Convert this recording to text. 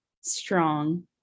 strong